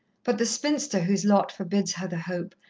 but the spinster whose lot forbids her the hope,